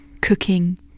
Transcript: cooking